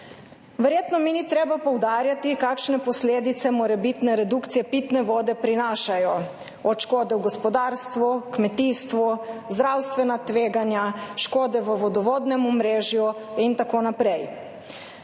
Verjetno mi ni treba poudarjati kakšne posledice prinašajo morebitne redukcije pitne vode, od škode v gospodarstvu, kmetijstvu, zdravstvena tveganja, škode v vodovodnem omrežju in tako naprej.